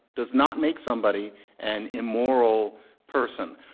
does not make somebody an immoral person.